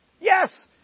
Yes